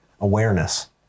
awareness